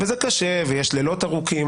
וזה קשה, ויש לילות ארוכים.